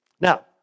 Now